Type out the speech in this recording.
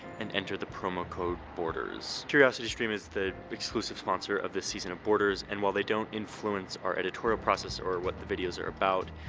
and enter the promo code borders. curiositystream is the exclusive sponsor of this season of borders and while they don't influence our editorial process, or what the videos are about,